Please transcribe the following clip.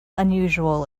unusual